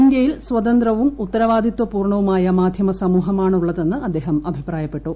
ഇന്ത്യയിൽ സ്വതന്ത്രവും ഉത്തരവാദിത്വപൂർണ്ണവുമായ മാധ്യമ സമൂഹമാണുള്ളതെന്ന് അദ്ദേഹം അഭിപ്രായപ്പെട്ടു